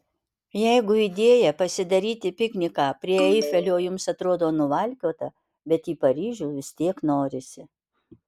jeigu idėja pasidaryti pikniką prie eifelio jums atrodo nuvalkiota bet į paryžių vis tiek norisi